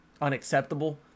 unacceptable